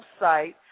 website